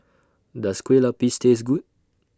Does Kueh Lapis Taste Good